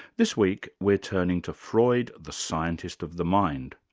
this week, we're turning to freud, the scientist of the mind.